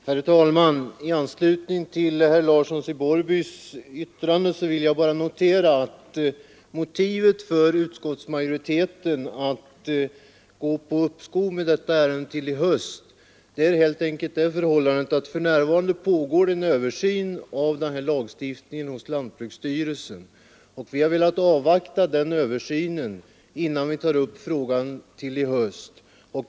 Herr talman! I anslutning till herr Larssons i Borrby yttrande vill jag bara notera att motivet för utskottsmajoriteten att hemställa om uppskov med ärendena under punkten 13 till höstsessionen helt enkelt är att det för närvarande inom lantbruksstyrelsen pågår en översyn av denna lagstiftning. Vi har velat avvakta resultatet av denna översyn innan vi tar upp frågan i höst.